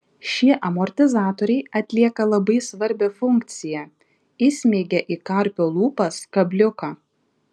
šie amortizatoriai atlieka labai svarbią funkciją įsmeigia į karpio lūpas kabliuką